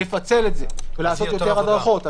לפצל את זה ולעשות יותר הדרכות.